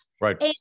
right